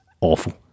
awful